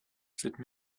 cette